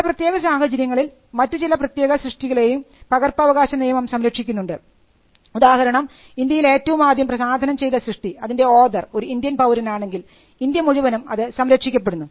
ചില പ്രത്യേക സാഹചര്യങ്ങളിൽ മറ്റു ചില പ്രത്യേക സൃഷ്ടികളെയും പകർപ്പവകാശനിയമം സംരക്ഷിക്കുന്നുണ്ട് ഉദാഹരണം ഇന്ത്യയിൽ ഏറ്റവും ആദ്യം പ്രസാധനം ചെയ്ത സൃഷ്ടി അതിൻറെ ഓതർ ഒരു ഇന്ത്യൻ പൌരൻ ആണെങ്കിൽ ഇന്ത്യ മുഴുവനും അത് സംരക്ഷിക്കപ്പെടുന്നു